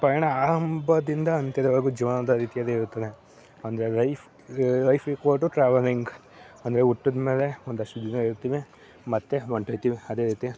ಪಯಣ ಆರಂಭದಿಂದ ಅಂತ್ಯದವರೆಗೂ ಜೀವನದ ರೀತಿಯಲ್ಲಿ ಇರುತ್ತದೆ ಅಂದರೆ life life equal to travelling ಅಂದರೆ ಹುಟ್ಟಿದ್ಮೇಲೆ ಒಂದಷ್ಟು ದಿನ ಇರ್ತಿವಿ ಮತ್ತೆ ಹೊರ್ಟೋಗ್ತೀವಿ ಅದೇ ರೀತಿ